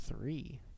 three